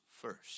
first